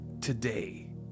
today